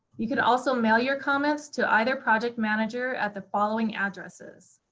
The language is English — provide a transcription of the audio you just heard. you can also mail your comments to either project manager at the following addresses,